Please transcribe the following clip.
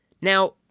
Now